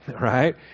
right